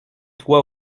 toi